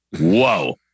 whoa